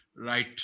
right